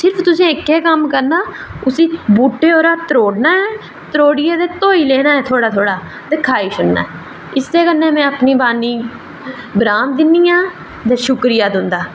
ते तुसें इक्कै कम्म करना उसी बूह्टे परा त्रोड़ना ऐ ते त्रोड़ियै धोई लैना ऐ थोह्ड़ा थोह्ड़ा ते खाई लैना ऐ ते इस्सै कन्नै में अरपनी वाणी गी विराम दिन्नी आं शुक्रिया तुं'दा